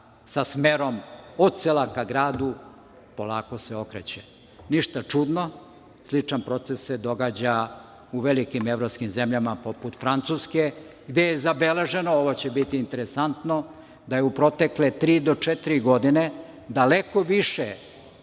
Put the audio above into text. sa smerom od sela ka gradu, polako se okreće. Ništa čudno. Sličan proces se događa u velikim evropskim zemljama, poput Francuske, gde je zabeleženo, ovo će biti interesantno, da je u protekle 3-4 godine daleko više